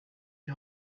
die